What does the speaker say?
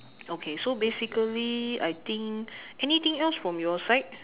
okay so basically I think anything else from your side